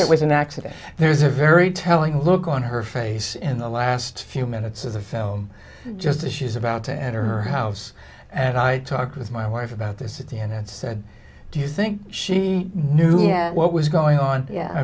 it was an accident there's a very telling look on her face in the last few minutes of the film just as she's about to enter her house and i talked with my wife about this at the end and said do you think she knew what was going on yeah i